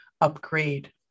upgrade